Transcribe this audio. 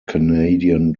canadian